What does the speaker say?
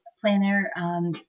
planner